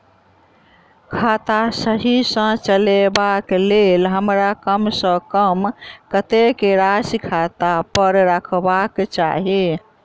खाता सही सँ चलेबाक लेल हमरा कम सँ कम कतेक राशि खाता पर रखबाक चाहि?